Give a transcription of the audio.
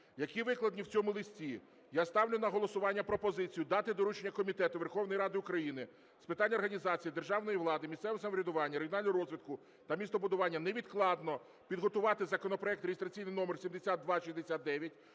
які викладені в цьому листі, я ставлю на голосування пропозицію дати доручення Комітету Верховної Ради України з питань організації державної влади, місцевого самоврядування, регіонального розвитку та містобудування невідкладно підготувати законопроект реєстраційний номер 7269